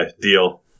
deal